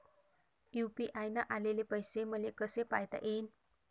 UPI न आलेले पैसे मले कसे पायता येईन?